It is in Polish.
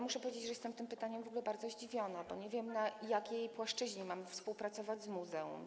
Muszę powiedzieć, że jestem tym pytaniem w ogóle bardzo zdziwiona, bo nie wiem, na jakiej płaszczyźnie mamy współpracować z muzeum.